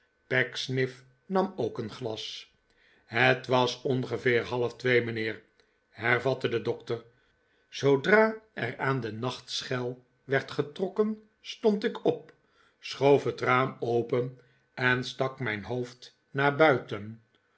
pecksniff nam ook een glas het was ongeveer halftwee mijnheer hervatte de dokter zoodra er aan de nachtschel werd getrokken stond ik op schoof het raam open en stak mijn hoofd naar buiten